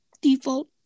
default